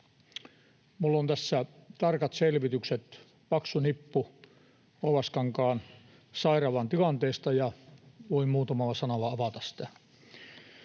Minulla on tässä tarkat selvitykset, paksu nippu Oulaskankaan sairaalaan tilanteesta, ja voin muutamalla sanalla avata sitä.